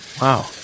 Wow